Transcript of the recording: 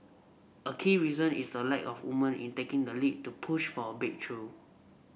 a key reason is the lack of woman in taking the lead to push for a breakthrough